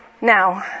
Now